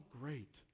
great